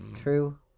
True